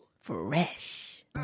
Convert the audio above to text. fresh